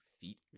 feet